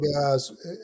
guys